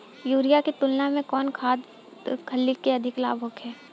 Urea के तुलना में कौन खाध खल्ली से अधिक लाभ होखे?